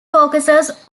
focuses